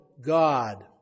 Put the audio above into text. God